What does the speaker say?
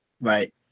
Right